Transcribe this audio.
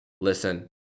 Listen